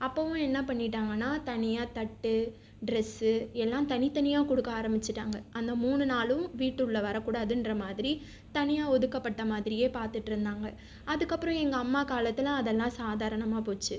அப்போவும் என்ன பண்ணிட்டாங்கனா தனியாக தட்டு ட்ரெஸ்சு எல்லாம் தனித்தனியாக கொடுக்க ஆரம்பிச்சிட்டாங்கள் அந்த மூன்று நாளும் வீட்டுள்ள வரக்கூடாதுன்ற மாதிரி தனியாக ஒதுக்கப்பட்ட மாதிரியே பார்த்துட்ருந்தாங்கள் அதுக்கப்புறம் எங்கள் அம்மா காலத்தில் அதெல்லாம் சாதாரணமாக போச்சு